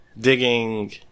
digging